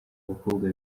abakobwa